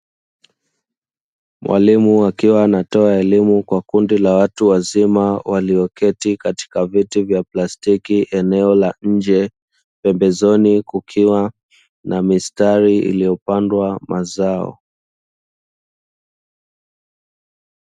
Mwalimu akiwa anatoa elimu kwa kundi la watu wazima walioketi katika viti vya plastiki oneo la nje, pembezoni kukiwa na mistari iliyopandwa mazao.